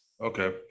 okay